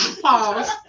pause